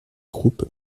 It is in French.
groupes